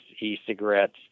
e-cigarettes